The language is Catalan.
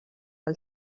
del